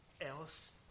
else